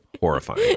Horrifying